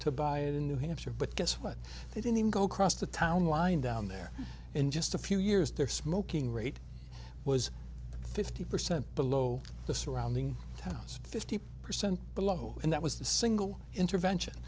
to buy it in new hampshire but guess what they didn't go across the town line down there in just a few years their smoking rate was fifty percent below the surrounding towns fifty percent below and that was the single intervention